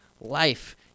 life